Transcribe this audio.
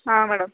ಹಾಂ ಮೇಡಮ್